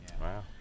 Wow